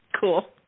Cool